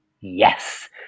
Yes